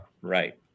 right